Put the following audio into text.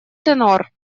тенор